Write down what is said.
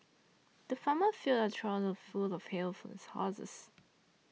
the farmer filled a trough full of hay for his horses